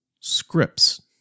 scripts